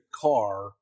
car